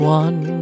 one